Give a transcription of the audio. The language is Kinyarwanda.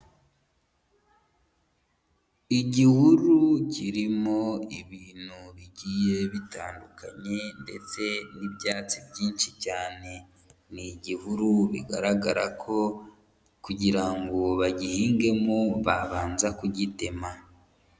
Igihuru kirimo ibintu bigiye bitandukanye ndetse n'ibyatsi byinshi cyane. Ni igihuru bigaragara ko kugira ngo bagihingemo babanza kugitema.